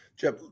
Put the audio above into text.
Jeff